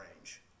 range